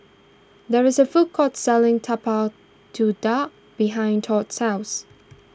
there is a food court selling Tapak Kuda behind Todd's house